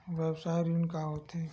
व्यवसाय ऋण का होथे?